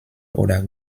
oder